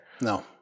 no